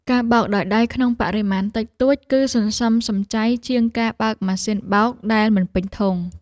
ការបោកដោយដៃក្នុងបរិមាណតិចតួច គឺសន្សំសំចៃជាងការបើកម៉ាស៊ីនបោកដែលមិនពេញធុង។